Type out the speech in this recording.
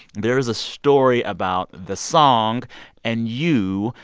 there is a story about the song and you.